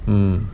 mm